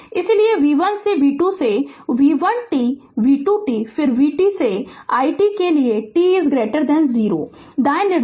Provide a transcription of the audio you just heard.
इसलिए v1 से v2 से v1 t v2 t फिर vt और i t के लिए t 0 दाएँ निर्धारित करें